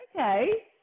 Okay